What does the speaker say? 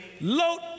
load